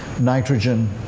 nitrogen